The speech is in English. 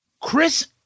Chris